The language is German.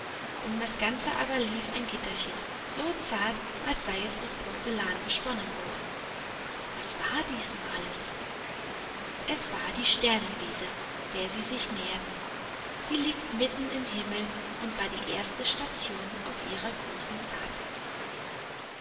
um das ganze aber lief ein gitterchen so zart als sei es aus porzellan gesponnen worden was war dies nur alles es war die sternenwiese der sie sich näherten sie liegt mitten im himmel und war die erste station auf ihrer großen fahrt